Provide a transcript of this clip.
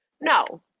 No